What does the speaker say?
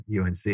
UNC